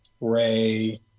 Ray